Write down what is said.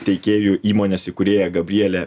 teikėjų įmonės įkūrėja gabriele